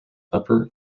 upper